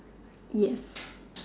yes